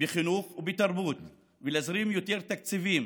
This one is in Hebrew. בחינוך ובתרבות ולהזרים יותר תקציבים